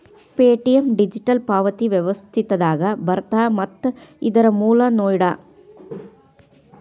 Paytm digital ಪಾವತಿ ವ್ಯವಸ್ಥೆದಾಗ ಬರತ್ತ ಮತ್ತ ಇದರ್ ಮೂಲ ನೋಯ್ಡಾ